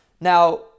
Now